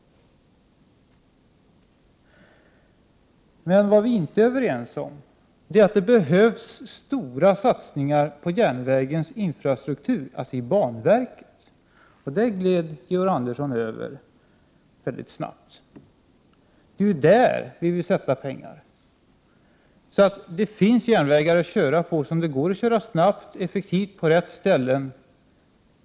Det vi inte är överens om är de stora satsningar som behövs på järnvägens infrastruktur, dvs. banverket. Den frågan gled Georg Andersson över mycket snabbt. Det är där vi vill satsa pengar så att det skall finnas järnvägar som det går att köra på, snabbt och effektivt och till rätt ställen.